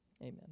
amen